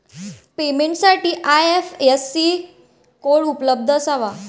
पेमेंटसाठी IFSC code उपलब्ध असावा